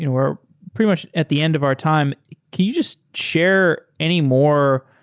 we're pretty much at the end of our time. can you just share anymore